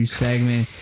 segment